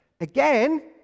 Again